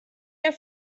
der